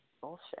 bullshit